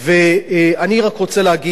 ואני רק רוצה להגיד,